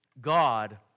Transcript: God